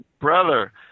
brother